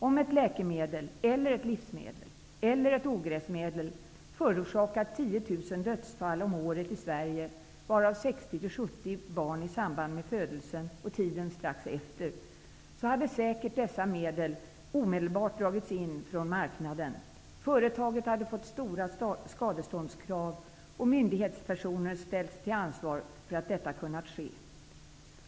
Om ett läkemedel eller ett livsmedel eller ett ogräsmedel hade förorsakat 10 000 dödsfall om året i Sverige, varav 60--70 barn i samband med födelsen eller tiden strax efter, hade säkert dessa medel omedelbart dragits in från marknaden. Företaget hade fått stora skadeståndskrav, och myndighetspersoner hade ställts till ansvar för att detta har fått ske.